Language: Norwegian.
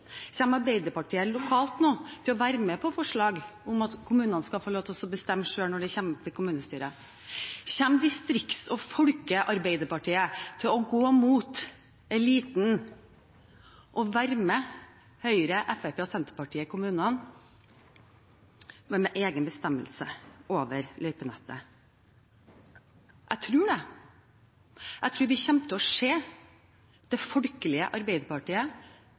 Kommer Arbeiderpartiet lokalt nå til å være med på forslag om at kommunene skal få lov til å bestemme selv når det kommer opp i kommunestyret? Kommer Distrikts- og Folke-Arbeiderpartiet til å gå imot eliten og være med Høyre, Fremskrittspartiet og Senterpartiet i kommunene om en egen bestemmelse over løypenettet? Jeg tror det. Jeg tror vi vil komme til å se det folkelige Arbeiderpartiet